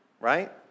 right